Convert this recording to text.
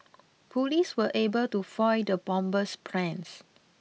police were able to foil the bomber's plans